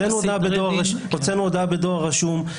הוצאנו הודעה בדואר רשום,